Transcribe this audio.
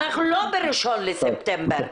אנחנו לא ב-1 לספטמבר.